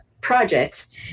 projects